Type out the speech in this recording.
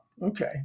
Okay